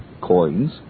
coins